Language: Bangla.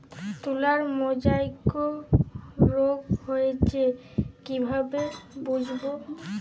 তুলার মোজাইক রোগ হয়েছে কিভাবে বুঝবো?